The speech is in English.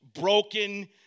broken